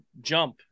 jump